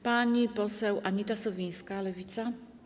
Pani poseł Anita Sowińska, Lewica.